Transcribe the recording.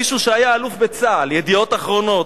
מישהו שהיה אלוף בצה"ל, "ידיעות אחרונות".